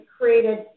created